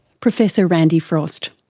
professor randy frost.